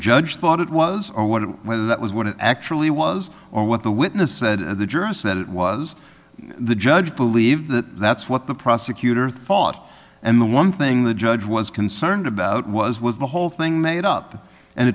judge thought it was or what it was what it actually was or what the witness said the jurors that it was the judge believe that that's what the prosecutor thought and the one thing the judge was concerned about was was the whole thing made up and